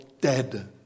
dead